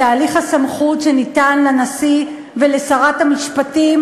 בתהליך הסמכות שניתן לנשיא ולשרת המשפטים,